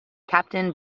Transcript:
captain